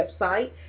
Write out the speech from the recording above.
website